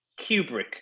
Kubrick